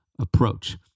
approach